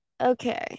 okay